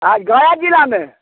आइ गया जिलामे